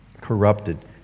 corrupted